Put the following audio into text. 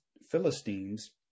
Philistines